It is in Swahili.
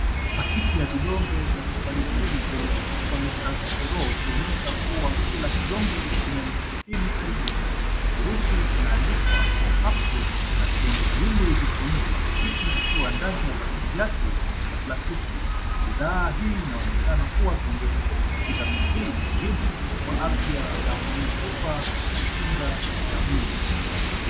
Pakiti ya vidonge vya SuperD3 vyenye cholecalciferol ikionyesha kuwa kila kidonge kina elfu sitini iu . Kifurushi kinaandikwa 4 capsules na vidonge viwili viko nje ya pakiti ikiwa ndani ya pakiti yake ya plastiki. Bidhaa hii inaonekana kuwa viongeza vya vitamin D ni muhimu kwa afya ya mifupa na kinga ya mwili.